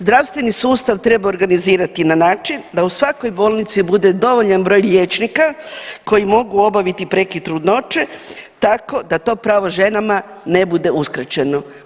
Zdravstveni sustav treba organizirati na način da u svakoj bolnici bude dovoljan broj liječnika koji mogu obaviti prekid trudnoće, tako da to pravo ženama ne bude uskraćeno.